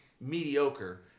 mediocre